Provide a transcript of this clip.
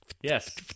Yes